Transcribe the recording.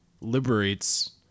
liberates